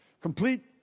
complete